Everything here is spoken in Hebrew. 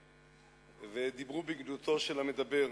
השותק ודיברו בגנותו של המדבר.